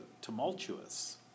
tumultuous